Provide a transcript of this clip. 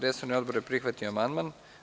Resorni odbor je prihvatio amandman.